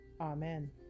Amen